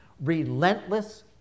Relentless